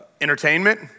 entertainment